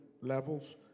levels